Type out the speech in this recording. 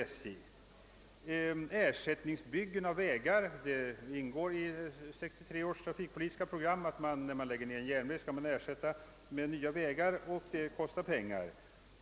Behovet av ersättningsbyggen av vägar får man också ta hänsyn till; det ingår i 1963 års trafikpolitiska program ait när man lägger ned en järnväg skall man ersätta den med nya landsvägar, och det kostar pengar.